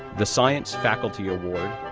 the science faculty award,